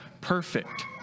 perfect